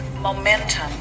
momentum